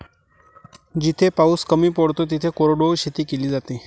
जिथे पाऊस कमी पडतो तिथे कोरडवाहू शेती केली जाते